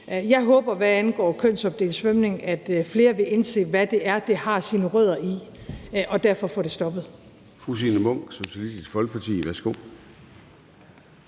Jeg håber, hvad angår kønsopdelt svømning, at flere vil indse, hvad det er, det har sine rødder i, og derfor få det stoppet.